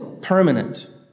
permanent